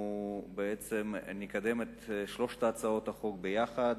בעצם אנחנו נקדם את שלוש הצעות החוק ביחד,